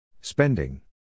Spending